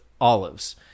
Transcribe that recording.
olives